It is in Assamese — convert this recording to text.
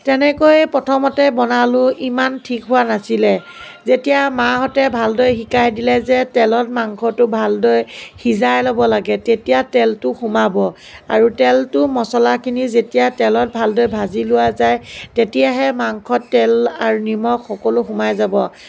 তেনেকৈ প্ৰথমতে বনালোঁ ইমান ঠিক হোৱা নাছিলে যেতিয়া মাহঁতে ভালদৰে শিকাই দিলে যে তেলত মাংসটো ভালদৰে সিজাই ল'ব লাগে তেতিয়া তেলটো সোমাব আৰু তেলটো মছলাখিনি যেতিয়া তেলত ভালদৰে ভাজি লোৱা যায় তেতিয়াহে মাংসত তেল আৰু নিমখ সকলো সোমাই যাব